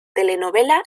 telenovela